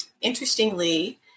interestingly